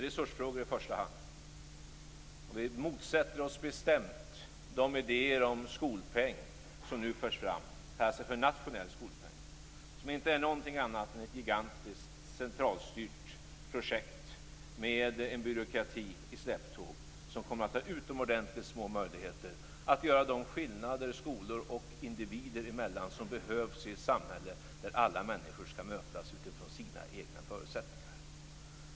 Men det är i första hand resursfrågor. Vi motsätter oss bestämt de idéer om skolpeng som nu förs fram - en nationell skolpeng. Det är inte något annat än ett gigantiskt centralstyrt projekt med en byråkrati i släptåg som kommer att ha utomordentligt små möjligheter att göra de skillnader skolor och individer emellan som behövs i samhället, där alla människor skall mötas utifrån sina egna förutsättningar.